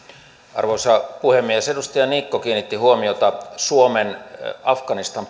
arvoisa puhemies edustaja niikko kiinnitti huomiota suomen afganistan